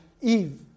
Eve